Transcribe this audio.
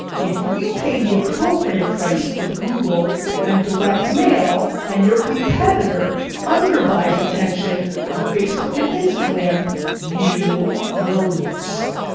if you pay the appropriate price for google and direct mail, and your competitor under buys attention on facebook and instagram, you will lose.